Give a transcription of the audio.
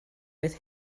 with